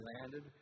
landed